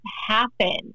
happen